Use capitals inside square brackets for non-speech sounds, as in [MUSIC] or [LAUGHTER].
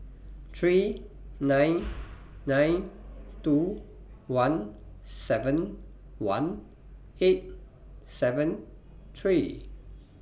three [NOISE] nine nine two one seven one eight seven three